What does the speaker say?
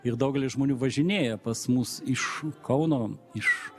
ir daugelis žmonių važinėja pas mus iš kauno iš